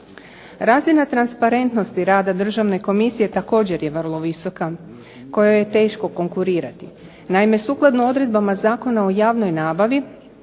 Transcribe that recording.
Razina transparentnosti rada državne komisije također je vrlo visoka, kojoj je teško konkurirati. Naime, sukladno odredbama Zakona o javnoj nabavi,